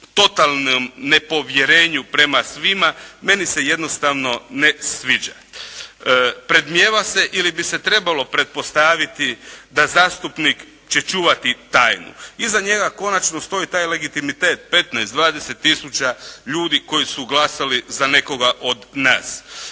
totalnom nepovjerenju prema svima meni se jednostavno ne sviđa. Predmnijeva ili bi se trebalo pretpostaviti da zastupnik će čuvati tajnu. Iza njega konačno stoji taj legitimitet 15, 20 tisuća ljudi koji su glasali za nekoga od nas.